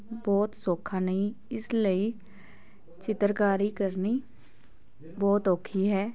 ਬਹੁਤ ਸੌਖਾ ਨਹੀਂ ਇਸ ਲਈ ਚਿੱਤਰਕਾਰੀ ਕਰਨੀ ਬਹੁਤ ਔਖੀ ਹੈ